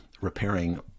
repairing